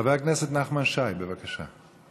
חבר הכנסת נחמן שי, בבקשה.